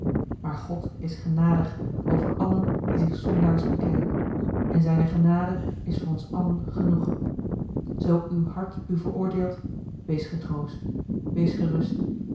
maar god is genadig over allen die zich zondaars bekennen en zijne genade is voor ons allen genoeg zoo uw hart u veroordeelt wees getroost wees gerust